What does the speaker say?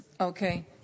Okay